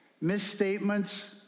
misstatements